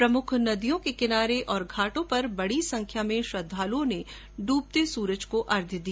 प्रमुख नदियों के किनारे घाटों पर पर बडी संख्या श्रद्वालुओ ने डूबते सूरज को अर्ध्य दिया